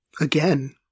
again